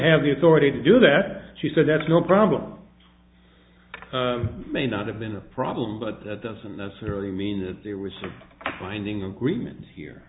have the authority to do that she said that's no problem may not have been a problem but that doesn't necessarily mean that there was a binding agreement here